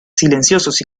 silenciosos